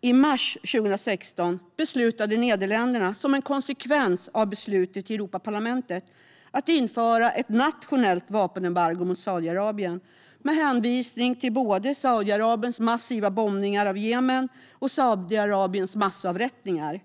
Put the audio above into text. I mars 2016 beslutade Nederländerna, som en konsekvens av beslutet i Europaparlamentet, att införa ett nationellt vapenembargo mot Saudiarabien med hänvisning till både Saudiarabiens massiva bombningar av Jemen och Saudiarabiens massavrättningar.